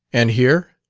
and here?